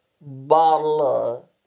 bottle